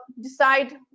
decide